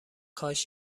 کاش